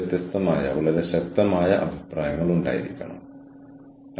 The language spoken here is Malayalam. കൂടാതെ ആളുകൾ മറ്റൊരാളുടെ വീട്ടിൽ ഇരുന്നു ടിവി കാണും